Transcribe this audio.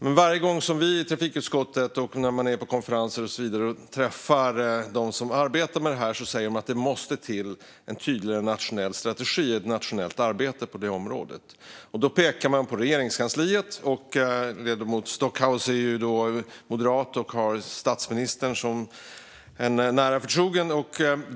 Men varje gång vi i trafikutskottet är på konferenser och så vidare och träffar dem som arbetar med det här säger de att det måste till en tydligare nationell strategi och ett nationellt arbete på området. Då pekar de på Regeringskansliet. Ledamoten Stockhaus är ju moderat och har statsministern som nära förtrogen.